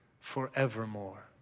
forevermore